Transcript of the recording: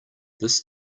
this